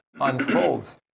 unfolds